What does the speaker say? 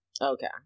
Okay